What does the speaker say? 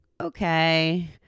okay